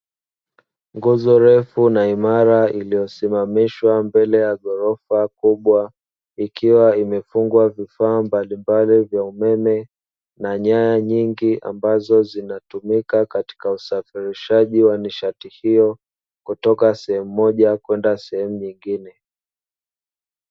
Nguzo refu na imara iliyosimamishwa mbele ya ghorofa kubwa ikiwa imefungwa vifaa mbalimbali vya umeme, na nyaya nyingi ambazo zinatumika katika usafirishaji wa nishati hiyo, kutoka sehemu moja kwenda sehemu nyingine.